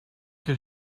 que